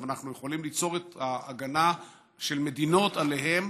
אבל אנחנו יכולים ליצור את ההגנה של מדינות עליהם